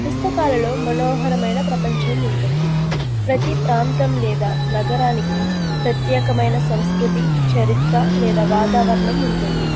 పుస్తకాలలో మనోహరమైన ప్రపంచం ఉంటుంది ప్రతీ ప్రాంతం లేదా నగరానికి ప్రత్యేకమైన సంస్కృతి చరిత్ర లేదా వాతావరణం ఉంటుంది